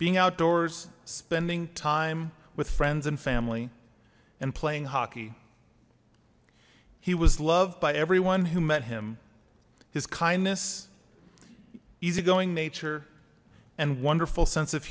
being outdoors spending time with friends and family and playing hockey he was loved by everyone who met him his kindness easygoing nature and wonderful sense of